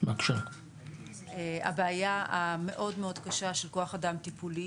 אני אתייחס לנושא הבעיה המאוד קשה של כוח אדם טיפולי